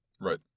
Right